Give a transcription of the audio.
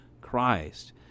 Christ